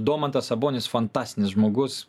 domantas sabonis fantastinis žmogus